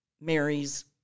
Mary's